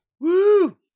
Woo